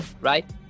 right